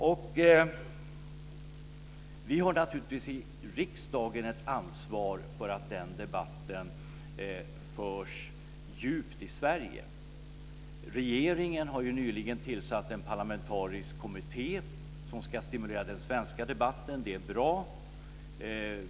Vi i riksdagen har naturligtvis ett ansvar för att den debatten förs djupt i Sverige. Regeringen har nyligen tillsatt en parlamentarisk kommitté som ska stimulera den svenska debatten. Det är bra.